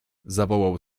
zawołał